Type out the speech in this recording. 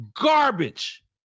Garbage